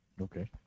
Okay